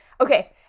Okay